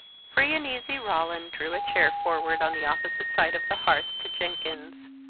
free and easy roland drew a chair forward on the opposite side of the hearth to jenkins,